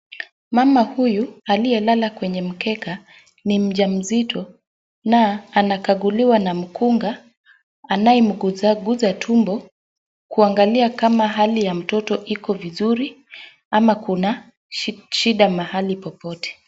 Mama huyu aliye lala kwenye mkeka ni mjamzito na anakanguliwa na mkunga anaye mguzaguza tumbo kuangalia kama hali ya mtoto iko vizuri ama kuna shida mahali popote.